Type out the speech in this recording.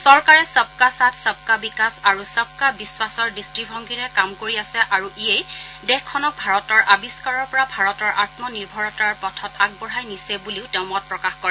চৰকাৰে চবকা ছাথ চবকা বিকাশ আৰু চবকা বিশ্বাসৰ দৃষ্টিভংগীৰে কাম কৰি আছে আৰু ইয়েই দেশখনক ভাৰতৰ আৱিষ্ণাৰৰ পৰা ভাৰতৰ আমনিৰ্ভৰতাৰ পথত আগবঢ়াই নিছে বুলিও তেওঁ মত প্ৰকাশ কৰে